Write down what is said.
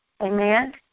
Amen